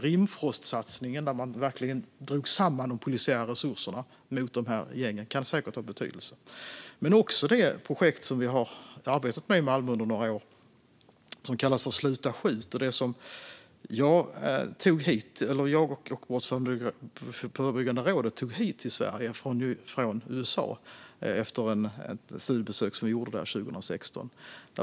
Rimfrostsatsningen, där man verkligen drog samman de polisiära resurserna mot gängen, kan säkert ha haft betydelse, men också det projekt som vi har arbetat med i Malmö under några år och som kallas Sluta skjut, som jag och Brottsförebyggande rådet tog hit till Sverige från USA efter ett studiebesök som vi gjorde där 2016.